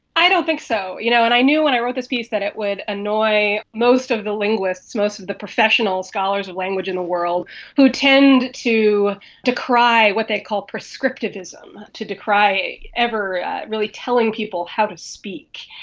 i don't think so, you know and i knew when i wrote this piece that it would annoy most of the linguists, most of the professional scholars of language in the world who tend to decry what they call prescriptivism, to decry ever really telling people how to speak.